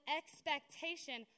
expectation